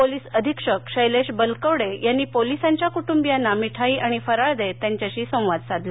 police अधीक्षक शैलेश बलकवडे यांनी पोलिसांच्या कुटुंबीयांना मिठाई आणि फराळ देत त्यांच्याशी संवाद साधला